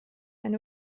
eine